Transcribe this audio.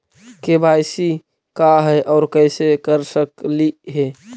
KYC का है, और कैसे कर सकली हे?